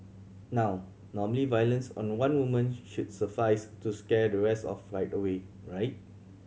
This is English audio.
now normally violence on one woman should suffice to scare the rest off right away right